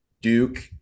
Duke